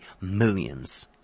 millions